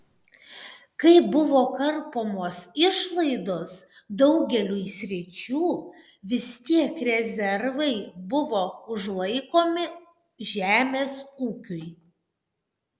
kai buvo karpomos išlaidos daugeliui sričių vis tiek rezervai buvo užlaikomi žemės ūkiui